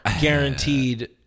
guaranteed